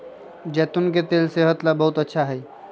जैतून के तेल सेहत ला बहुत अच्छा हई